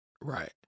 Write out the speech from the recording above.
Right